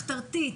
מחתרתית,